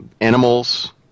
Animals